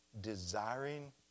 desiring